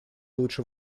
лучше